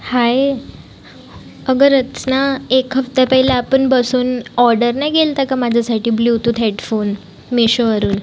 हाये अगं रचना एक हफ्त्या पैला आपण बसून ऑर्डर नाही केला होता का माझ्यासाठी ब्लूटूथ हेडफोन मेशोवरून